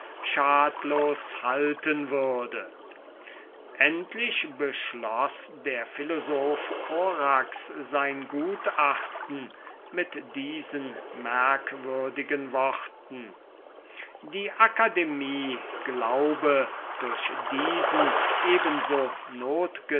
schadlos halten würde endlich beschloß der philosoph korax sein gutachten mit diesen merkwürdigen worten die akademie glaube durch diesen eben